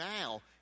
now